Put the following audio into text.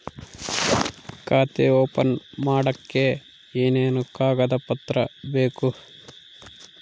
ಖಾತೆ ಓಪನ್ ಮಾಡಕ್ಕೆ ಏನೇನು ಕಾಗದ ಪತ್ರ ಬೇಕು?